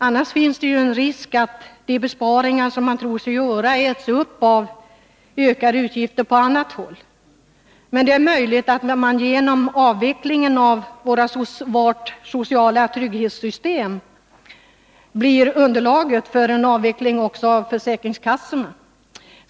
Annars finns det en risk för att de besparingar som man tror sig göra äts upp av ökade utgifter på annat håll. Eller är det så att avvecklingen av vårt sociala trygghetssystem blir underlaget för en avveckling också av försäkringskassorna?